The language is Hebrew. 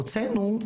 הוצאנו,